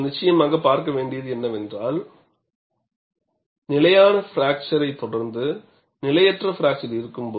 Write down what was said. அவர்கள் நிச்சயமாக பார்க்க வேண்டியது என்னவென்றால் நிலையான பிராக்சரை தொடர்ந்து நிலையற்ற பிராக்சர் இருக்கும்